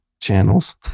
channels